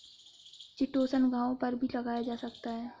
chitosan घावों पर भी लगाया जा सकता है